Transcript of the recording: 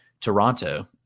Toronto